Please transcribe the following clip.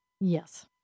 Yes